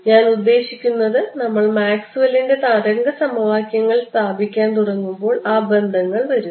ഞാൻ ഉദ്ദേശിക്കുന്നത് നമ്മൾ മാക്സ്വെല്ലിന്റെ തരംഗ സമവാക്യങ്ങൾ സ്ഥാപിക്കാൻ തുടങ്ങുമ്പോൾ ആ ബന്ധങ്ങൾ വരുന്നു